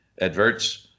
adverts